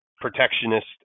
Protectionist